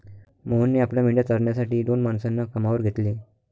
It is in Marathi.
मोहनने आपल्या मेंढ्या चारण्यासाठी दोन माणसांना कामावर घेतले